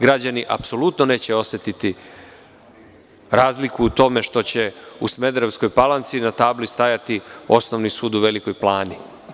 Građani apsolutno neće osetiti razliku u tome što će u Smederevskoj Palanci na tabli stajati Osnovni sud u Velikoj Plani.